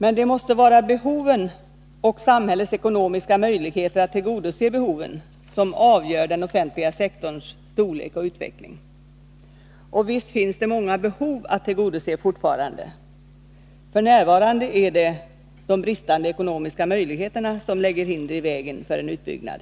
Men det måste vara behoven, och samhällets ekonomiska möjligheter att tillgodose dessa, som avgör den offentliga sektorns storlek och utveckling. Och visst finns det många behov att tillgodose fortfarande. F.n. är det de bristande ekonomiska möjligheterna som lägger hinder i vägen för en utbyggnad.